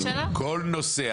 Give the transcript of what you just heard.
כל נוסע